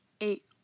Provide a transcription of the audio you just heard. eight